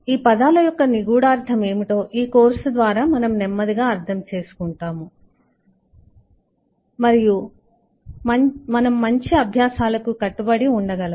ఈ పదాల యొక్క నిగూడార్థం ఏమిటో ఈ కోర్సు ద్వారా మనము నెమ్మదిగా అర్థం చేసుకుంటాము మరియు మనం మంచి అభ్యాసాలకు కట్టుబడి ఉండగలము